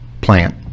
Plant